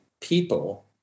people